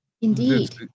Indeed